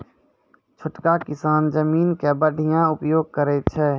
छोटका किसान जमीनो के बढ़िया उपयोग करै छै